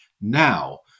now